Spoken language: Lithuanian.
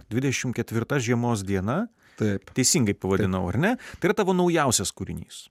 dvidešimt ketvirta žiemos diena taip teisingai pavadinau ar ne kartą naujausias kūrinys